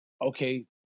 okay